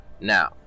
Now